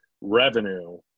Revenue